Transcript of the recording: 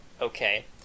okay